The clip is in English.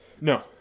No